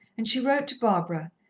and she wrote to barbara,